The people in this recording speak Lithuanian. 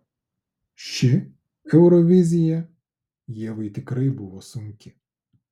ši eurovizija ievai tikrai buvo sunki